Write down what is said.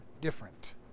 different